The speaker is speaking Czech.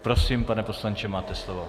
Prosím, pane poslanče, máte slovo.